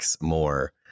more